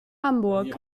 hamburg